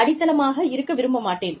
அடித்தளமாக இருக்க விரும்ப மாட்டேன்